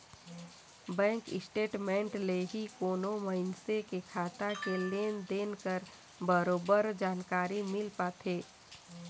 bank statement ले ही कोनो मइनसे के खाता के लेन देन कर बरोबर जानकारी मिल पाथे